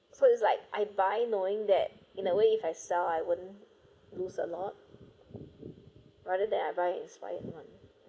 so it's like I buy knowing that in a way if I sell I wouldn't lose a lot rather than I buy inspired one